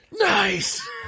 nice